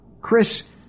Chris